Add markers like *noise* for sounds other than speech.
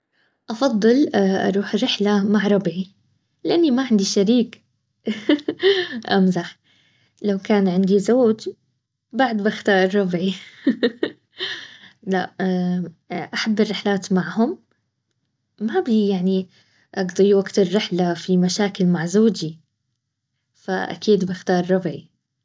افضل اروح رحله مع ربع. لاني ما عندي شريك *laughs* امزح، لو كان عندي زوج بعد بختار ربعي. *laughs* لا احضر الرحلات معهم ،ما ابي يعني اقضي وقت الرحلة في مشاكل مع زوجي فاكيد بختار ربعي